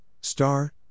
star